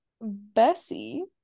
Bessie